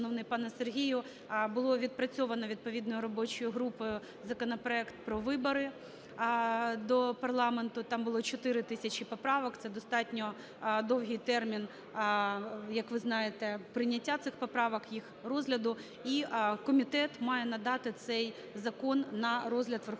було відпрацьовано відповідною робочою групою законопроект про вибори до парламенту. Там було 4 тисячі поправок, це достатньо довгий термін, як ви знаєте, прийняття цих поправок, їх розгляду. І комітет має надати цей закон на розгляд Верховної